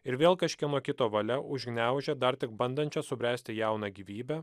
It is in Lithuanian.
ir vėl kažkieno kito valia užgniaužė dar tik bandančią subręsti jauną gyvybę